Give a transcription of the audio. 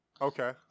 Okay